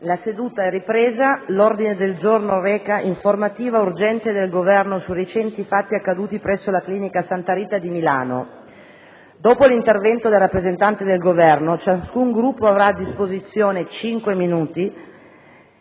una nuova finestra"). L'ordine del giorno reca: «Informativa urgente del Governo sui recenti fatti accaduti presso la clinica Santa Rita di Milano». Dopo l'intervento del rappresentante del Governo, ciascun Gruppo avrà a disposizione cinque minuti.